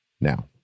now